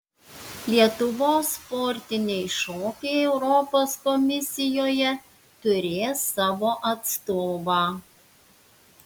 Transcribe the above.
lietuvos sportiniai šokiai europos komisijoje turės savo atstovą